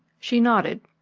she nodded.